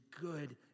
good